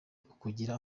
ukugira